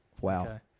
Wow